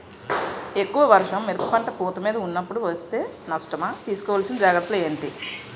ఎక్కువ వర్షం మిరప పంట పూత మీద వున్నపుడు వేస్తే నష్టమా? తీస్కో వలసిన జాగ్రత్తలు ఏంటి?